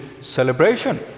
celebration